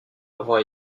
avoir